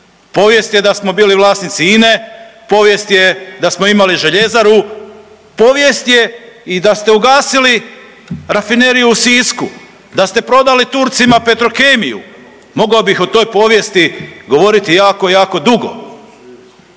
povijest je da smo bili vlasnici INA-e, povijest je da smo imali željezaru, povijest je i da ste ugasili Rafineriju u Sisku, da ste prodali Turcima Petrokemiju, mogao bih o toj povijesti govoriti jako, jako dugo.